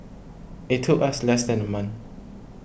it took us less than a month